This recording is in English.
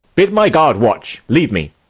bid my guard watch leave me.